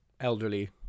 elderly